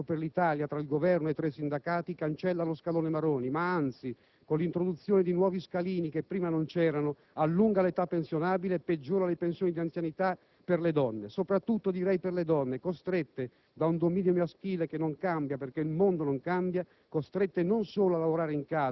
Credo di dire questo con cognizione di causa, non retoricamente, perché non è vero che il patto per l'Italia tra il Governo e i sindacati cancelli il cosiddetto scalone Maroni, ma anzi - con l'introduzione di nuovi scalini che prima non c'erano - allunga l'età pensionabile e peggiora le pensioni di anzianità soprattutto per le donne, costrette